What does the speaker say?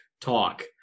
talk